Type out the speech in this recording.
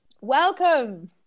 Welcome